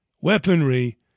weaponry